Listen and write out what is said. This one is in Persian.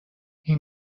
این